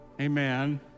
amen